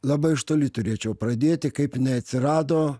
labai iš toli turėčiau pradėti kaip jinai atsirado